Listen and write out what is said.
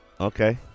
Okay